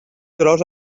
tros